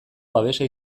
babesa